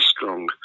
strong